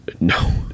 No